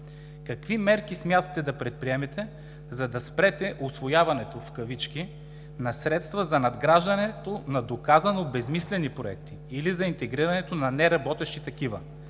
какви мерки смятате да предприемете, за да спрете „усвояването“ на средства за надграждането на доказано безсмислени проекти или за интегрирането на неработещи такива?